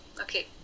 okay